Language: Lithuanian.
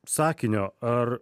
sakinio ar